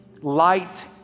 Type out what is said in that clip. light